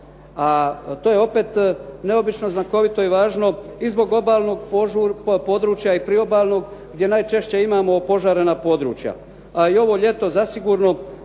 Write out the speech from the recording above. A to je opet neobično, znakovito i važno i zbog obalnog područja i priobalnog gdje najčešće imamo opožarena područja. A i ovo ljeto zasigurno